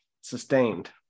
sustained